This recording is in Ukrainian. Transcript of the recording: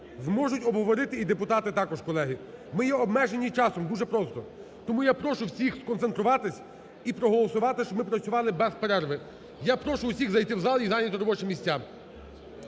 зможуть обговорити і депутати також, колеги. Ми є обмежені часом – дуже просто! Тому я прошу всіх сконцентруватися і проголосувати, щоб ми працювали без перерви. Я прошу усіх зайти в зал і зайняти робочі місця.